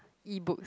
E-books